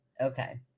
Okay